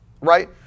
right